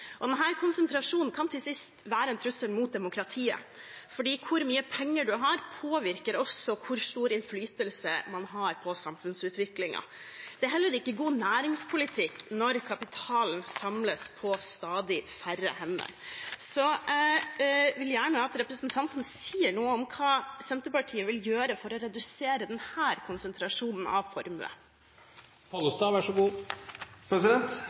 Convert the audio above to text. og innflytelse. Denne konsentrasjonen kan til sist være en trussel mot demokratiet, for hvor mye penger man har, påvirker også hvor stor innflytelse man har på samfunnsutviklingen. Det er heller ikke god næringspolitikk når kapitalen samles på stadig færre hender. Så jeg vil gjerne at representanten sier noe om hva Senterpartiet vil gjøre for å redusere denne konsentrasjonen av